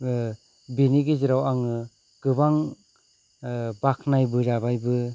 बेनि गेजेराव आङो गोबां बाख्नायबोजाबायबो